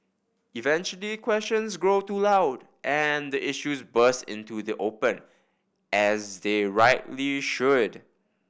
eventually questions grow too loud and the issues burst into the open as they rightly should